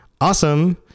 Awesome